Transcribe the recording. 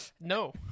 no